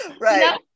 right